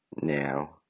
Now